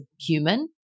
human